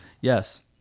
Yes